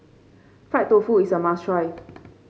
Fried Tofu is a must try